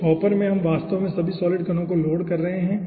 इस हॉपर में हम वास्तव में सभी सॉलिड कणों को लोड कर रहे हैं